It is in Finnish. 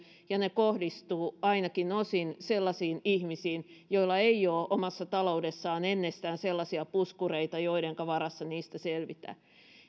ja ne kohdistuvat ainakin osin sellaisiin ihmisiin joilla ei ole omassa taloudessaan ennestään sellaisia puskureita joidenka varassa niistä selvitään